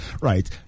Right